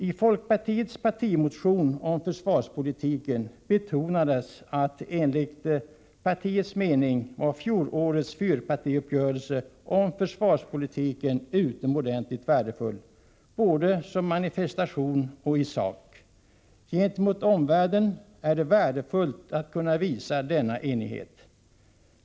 I folkpartiets partimotion om försvarspolitiken betonades att fjolårets fyrpartiuppgörelse om försvarspolitiken var utomordentligt värdefull, både som manifestation och i sak. Det är värdefullt att gentemot omvärlden kunna visa denna enighet.